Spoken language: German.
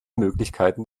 möglichkeiten